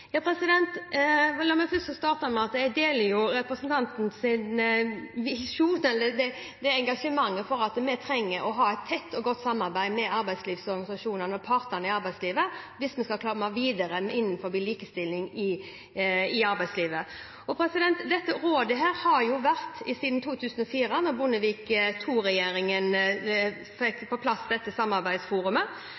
La meg først få starte med at jeg deler representantens engasjement for at vi trenger å ha et tett og godt samarbeid med arbeidsorganisasjonene og partene i arbeidslivet hvis man skal komme videre innen likestilling i arbeidslivet. Dette rådet har vært siden 2004, da Bondevik II-regjeringen fikk